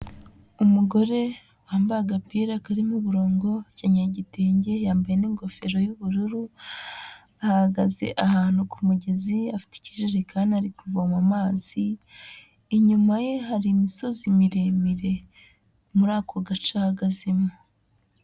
Umugore ambaye agapira karimo uburongo, akenyeye igitenge yambaye n'ingofero y'ubururu, ahagaze ahantu ku mugezi afite ikijerekani ari kuvoma amazi, inyuma ye hari imisozi miremire muri ako gace ahagazemo